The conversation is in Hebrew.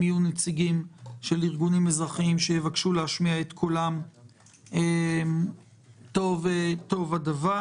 אם יהיו נציגים של ארגונים אזרחיים שיבקשו להשמיע את קולם טוב הדבר.